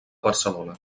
barcelona